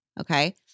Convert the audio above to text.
Okay